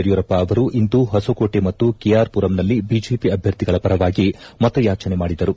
ಯಡಿಯೂರಪ್ಪ ಅವರು ಇಂದು ಹೊಸಕೋಟೆ ಮತ್ತು ಕೆಆರ್ಪುರಂನಲ್ಲಿ ಬಿಜೆಪಿ ಅಭ್ಯರ್ಥಿಗಳ ಪರವಾಗಿ ಮತಯಾಚನೆ ಮಾಡಿದರು